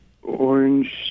orange